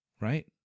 right